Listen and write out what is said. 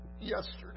yesterday